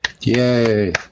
yay